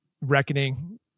reckoning